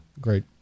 Great